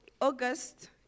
August